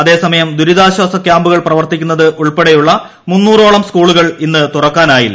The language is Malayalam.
അതേസമയം ദുരിതാശ്ചാസ ക്യാമ്പുകൾ പ്രവർത്തിക്കുന്നത് ഉൾപ്പെടെയുളള മുന്നൂറിലേറെ സ്കൂളുകൾ ഇന്ന് തുറക്കാനായില്ല